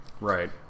Right